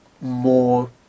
more